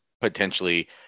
potentially